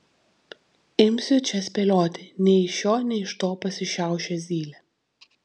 imsiu čia spėlioti nei iš šio nei iš to pasišiaušė zylė